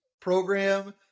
program